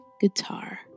guitar